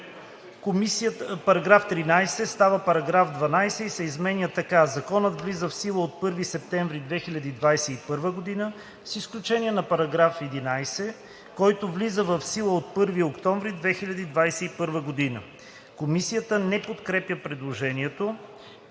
Комисията не подкрепя предложението.